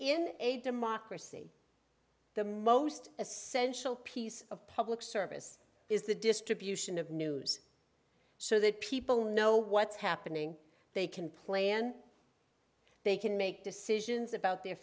in a democracy the most essential piece of public service is the distribution of news so that people know what's happening they can play in they can make decisions about their